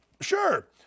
Sure